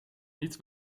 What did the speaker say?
niet